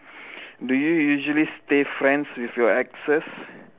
do you usually stay friends with your exes